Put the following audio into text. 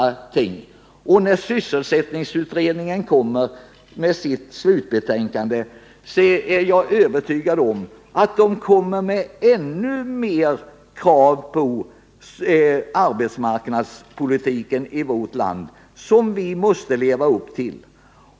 Jag är övertygad om att sysselsättningsutredningen i sitt slutbetänkande kommer att föra fram ytterligare krav på arbetsmarknadspolitiken i vårt land, krav som vi måste leva upp till.